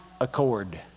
accord